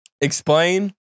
Explain